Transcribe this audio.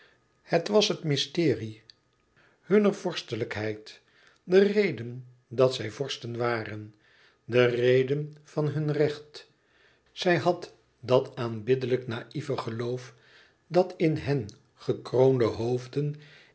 het was het mysterie hunner vorstelijkheid de reden dat zij vorsten waren de reden van hun recht zij had dat aanbiddelijk naïve geloof dat in hen gekroonde hoofden